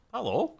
Hello